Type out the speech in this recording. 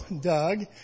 Doug